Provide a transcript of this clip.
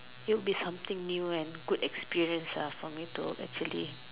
it'll be something new and good experience ah for me to actually